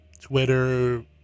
Twitter